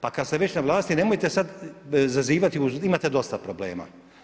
Pa kad ste već na vlasti nemojte zazivati, imate dosta problema.